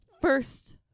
first